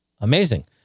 Amazing